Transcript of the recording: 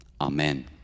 Amen